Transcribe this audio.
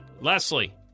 Leslie